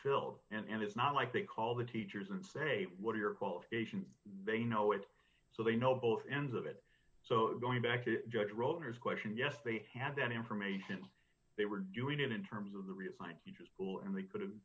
filled and it's not like they call the teachers and say what are your qualifications they know it so they know both ends of it so going back to judge rotors question yes they have that information they were doing it in terms of the responses pool and they could have